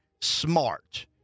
smart